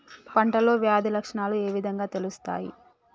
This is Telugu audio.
పంటలో వ్యాధి లక్షణాలు ఏ విధంగా తెలుస్తయి?